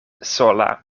sola